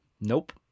Nope